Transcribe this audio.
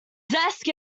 desk